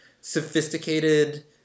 sophisticated